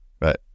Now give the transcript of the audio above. right